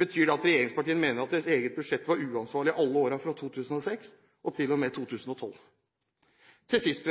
Betyr det at regjeringspartiene mener at deres eget budsjett var uansvarlig i alle årene fra 2006 til og med 2012? Til sist: